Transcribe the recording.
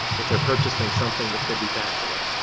if they're purchasing something that could be taxable.